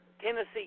Tennessee